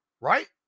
right